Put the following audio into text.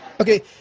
Okay